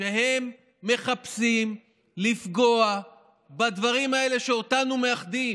שמחפשים לפגוע בדברים האלה, שאותנו מאחדים,